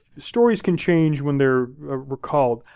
stories can change when they're recalled,